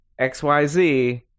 xyz